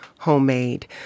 homemade